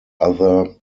other